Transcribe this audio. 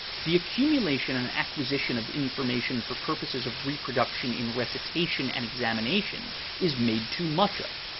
the accumulation and acquisition of information for purposes of reproduction in recitation and examination is made too much of.